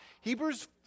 Hebrews